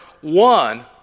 one